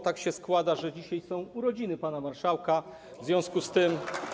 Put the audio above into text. Tak się składa, że dzisiaj są urodziny pana marszałka, w związku z tym.